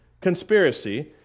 conspiracy